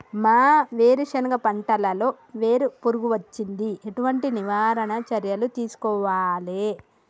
మా వేరుశెనగ పంటలలో వేరు పురుగు వచ్చింది? ఎటువంటి నివారణ చర్యలు తీసుకోవాలే?